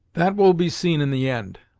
that will be seen in the end.